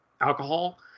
alcohol